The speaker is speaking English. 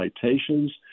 citations